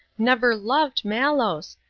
never loved malos,